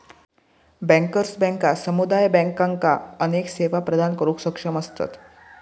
bankers बँका समुदाय बँकांका अनेक सेवा प्रदान करुक सक्षम असतत